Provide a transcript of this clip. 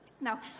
Now